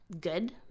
good